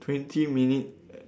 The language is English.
twenty minute